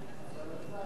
אני פה, אני פה.